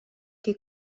che